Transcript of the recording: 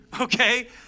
okay